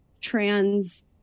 trans